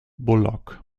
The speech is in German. bullock